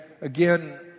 Again